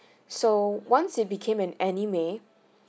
so once it became an anime